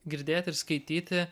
girdėt ir skaityti